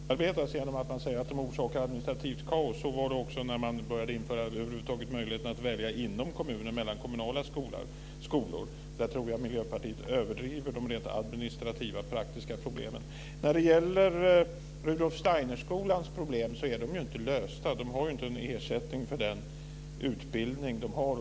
Herr talman! Alla förändringar brukar ju motarbetas med hänvisning till att de orsakar administrativt kaos. Så var det också när man över huvud taget började införa möjligheten att inom kommuner välja mellan kommunala skolor. Jag tror att Miljöpartiet överdriver de rent administrativa och praktiska problemen. Rudolf Steiner-skolans problem är inte lösta. De har inte någon ersättning för den utbildning som de har.